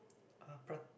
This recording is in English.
uh pra~